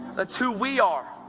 that's who we are,